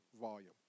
volume